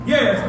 Yes